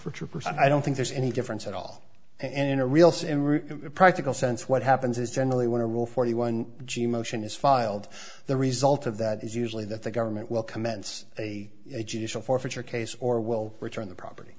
person i don't think there's any difference at all and in a real practical sense what happens is generally want to rule forty one g motion is filed the result of that is usually that the government will commence a judicial forfeiture case or will return the property